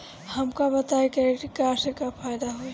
हमका बताई credit card से का फायदा होई?